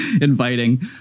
inviting